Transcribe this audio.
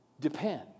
depend